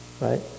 Right